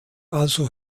also